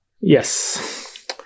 Yes